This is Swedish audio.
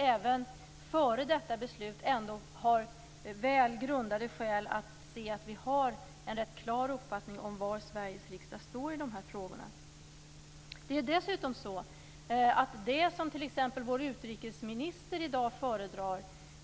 Även före detta beslut finns det väl grundade skäl att se att det finns en klar uppfattning om var Sveriges riksdag står i dessa frågor. Vår utrikesminister föredrar